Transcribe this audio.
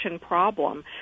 problem